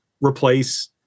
replace